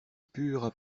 purent